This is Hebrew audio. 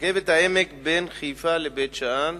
בין חיפה לבית-שאן,